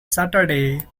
saturday